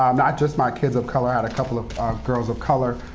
um not just my kids of color, i had a couple of girls of color,